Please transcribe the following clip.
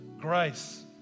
grace